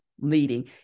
leading